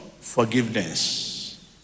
Forgiveness